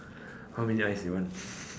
how many eyes you want